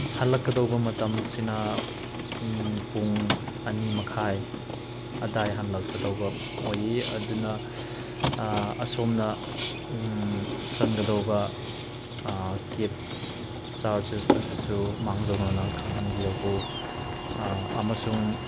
ꯍꯜꯂꯛꯀꯗꯧꯕ ꯃꯇꯝꯁꯤꯅ ꯄꯨꯡ ꯑꯅꯤ ꯃꯈꯥꯏ ꯑꯗꯥꯏ ꯍꯜꯂꯛꯀꯗꯧꯕ ꯑꯣꯏꯌꯦ ꯑꯗꯨꯅ ꯑꯁꯣꯝꯅ ꯆꯪꯒꯗꯧꯕ ꯀꯦꯕ ꯆꯥꯔꯖꯦꯖ ꯑꯗꯨꯁꯨ ꯃꯥꯡꯖꯧꯅꯅ ꯈꯪꯍꯟꯕꯤꯔꯛꯎ ꯑꯃꯁꯨꯡ